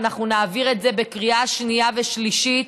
ואנחנו נעביר את זה בקריאה שנייה ושלישית